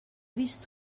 vist